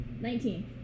Nineteen